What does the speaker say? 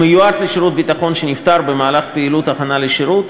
מיועד לשירות ביטחון שנפטר במהלך פעילות הכנה לשירות,